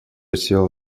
тело